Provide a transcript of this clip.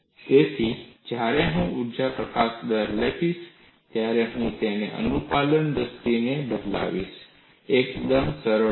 તેથી જ્યારે હું ઊર્જા પ્રકાશન દર લખીશ ત્યારે હું તેને અનુપાલનની દ્રષ્ટિએ બદલીશ એકદમ સરળ